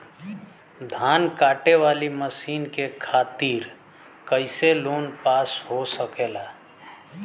धान कांटेवाली मशीन के खातीर कैसे लोन पास हो सकेला?